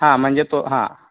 हां म्हणजे तो हां